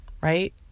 right